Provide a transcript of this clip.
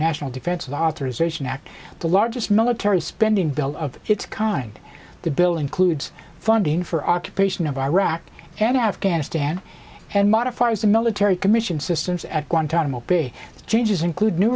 national defense authorization act the largest military spending bill of its kind the bill includes funding for occupation of iraq and afghanistan and modifies the military commission systems at guantanamo bay changes include new